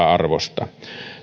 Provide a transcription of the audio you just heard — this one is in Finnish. arvosta